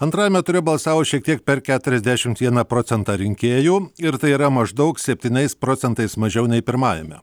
antrajame ture balsavo šiek tiek per keturiasdešimt vieną procentą rinkėjų ir tai yra maždaug septyniais procentais mažiau nei pirmajame